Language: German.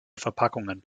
verpackungen